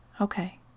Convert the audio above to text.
okay